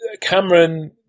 Cameron